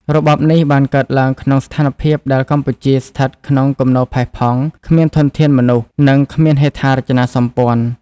របបនេះបានកើតឡើងក្នុងស្ថានភាពដែលកម្ពុជាស្ថិតក្នុងគំនរផេះផង់ គ្មានធនធានមនុស្ស និងគ្មានហេដ្ឋារចនាសម្ព័ន្ធ។